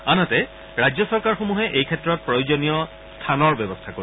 আনহাতে ৰাজ্যচৰকাৰসমূহে এই ক্ষেত্ৰত প্ৰয়োজনীয় স্থানৰ ব্যৱস্থা কৰিব